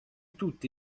tutti